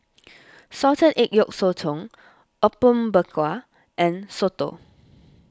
Salted Egg Yolk Sotong Apom Berkuah and Soto